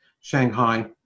Shanghai